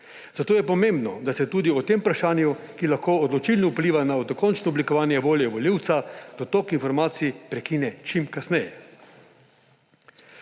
Zato je pomembno, da se tudi o tem vprašanju, ki lahko odločilno vpliva na dokončno oblikovanje volje volivca, dotok informacij prekine čim kasneje.